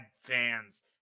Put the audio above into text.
fans